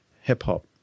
hip-hop